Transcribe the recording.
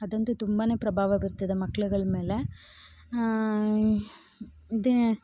ಅದಂತು ತುಂಬಾ ಪ್ರಭಾವ ಬೀರ್ತಿದೆ ಮಕ್ಳುಗಳ ಮೇಲೆ ಇದೆ